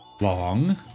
Long